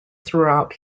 throughout